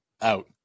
out